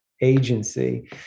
agency